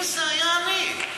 אם זה היה אני,